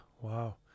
Wow